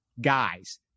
guys